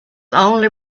only